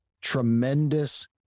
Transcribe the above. tremendous